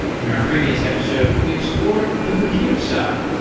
in our previous episode, we explored the compute side.